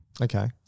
Okay